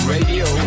Radio